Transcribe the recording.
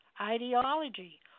ideology